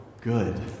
good